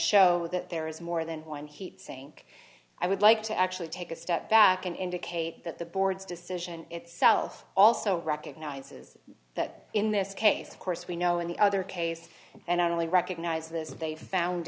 show that there is more than one heat sink i would like to actually take a step back and indicate that the board's decision itself also recognizes that in this case of course we know in the other case and i only recognized this they found